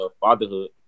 Fatherhood